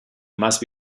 must